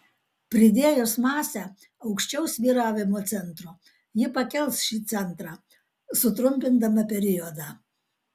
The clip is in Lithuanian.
pridėjus masę aukščiau svyravimo centro ji pakels šį centrą sutrumpindama periodą